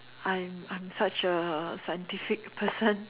I'm I'm such a scientific person